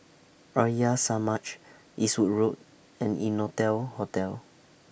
Arya Samaj Eastwood Road and Innotel Hotel